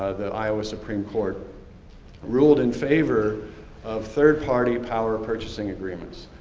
the iowa supreme court ruled in favor of third-party power purchasing agreements.